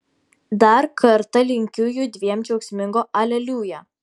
dar kartą linkiu judviem džiaugsmingo aleliuja